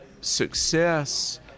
success